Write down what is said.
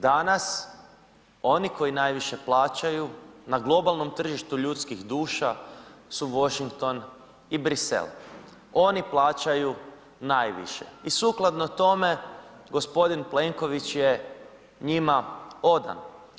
Danas oni koji najviše plaćaju na globalnom tržištu ljudskih duša su Washington i Bruxelles, oni plaćaju najviše i sukladno tome gospodin Plenković je njima odan.